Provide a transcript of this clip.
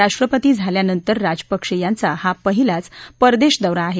राष्ट्रपती झाल्यानंतर राजपक्षे यांचा हा पहिलाच परदेश दौरा आहे